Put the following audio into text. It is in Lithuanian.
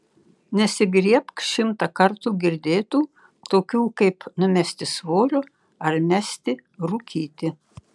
nesigriebk šimtą kartų girdėtų tokių kaip numesti svorio ar mesti rūkyti